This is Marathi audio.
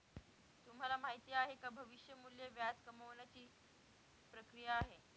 तुम्हाला माहिती आहे का? भविष्य मूल्य व्याज कमावण्याची ची प्रक्रिया आहे